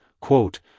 quote